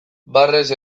barrez